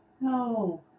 No